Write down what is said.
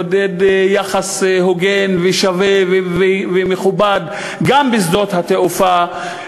לעודד יחס הוגן ושווה ומכובד, גם בשדות התעופה.